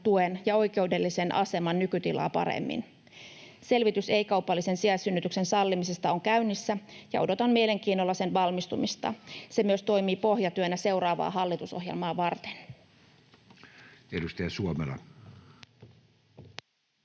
tuen ja oikeudellisen aseman nykytilaa paremmin. Selvitys ei-kaupallisen sijaissynnytyksen sallimisesta on käynnissä, ja odotan mielenkiinnolla sen valmistumista. Se myös toimii pohjatyönä seuraavaa hallitusohjelmaa varten. [Speech